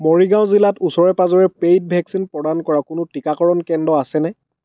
মৰিগাঁও জিলাত ওচৰে পাঁজৰে পেইড ভেকচিন প্ৰদান কৰা কোনো টিকাকৰণ কেন্দ্ৰ আছেনে